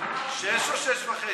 או 18:30?